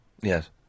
Yes